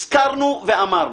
הזכרנו ואמרנו,